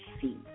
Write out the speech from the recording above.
see